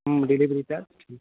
हँ delivery charge ठीक